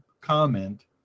comment